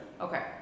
Okay